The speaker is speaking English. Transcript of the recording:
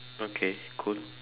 okay cool